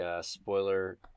spoiler